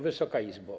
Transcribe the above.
Wysoka Izbo!